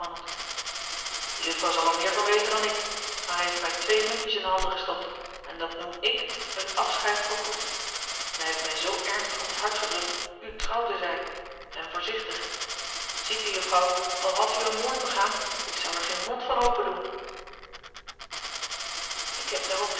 de juffrouw zal er meer van weten dan ik maar hij heeft mij twee muntjes in de handen gestopt en dat noem ik een afscheid voorgoed en hij heeft mij zoo ernstig op het hart gedrukt u trouw te zijn en voorzichtig ziet u juffrouw al hadt u een moord begaan ik zou er geen mond van opendoen ik heb daarop